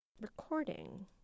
Recording